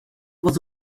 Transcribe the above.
was